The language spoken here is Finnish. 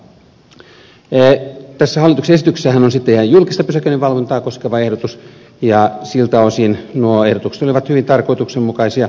tässä hallituksen esityksessähän on sitten ihan julkista pysäköinninvalvontaa koskeva ehdotus ja siltä osin nuo ehdotukset olivat hyvin tarkoituksenmukaisia